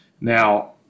Now